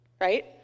right